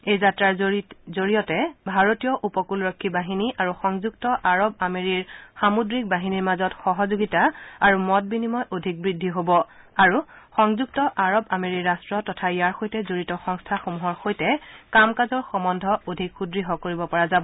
এই যাত্ৰাৰ জৰিয়তে ভাৰতীয় উপকূলৰক্ষী বাহিনী আৰু সংযুক্ত আৰৱ আমেৰিৰ সামুদ্ৰিক বাহিনীৰ মাজত সহযোগিতা আৰু মত বিনিময় অধিক বৃদ্ধি হ'ব যাতে সংযুক্ত আৰৱ আমেৰি ৰাট্ট আৰু ইয়াৰ সৈতে জড়িত সংস্থাসমূহৰ সৈতে কাম কাজৰ সহ্বন্ধ অধিক সুদৃঢ় কৰিব পৰা যায়